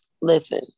listen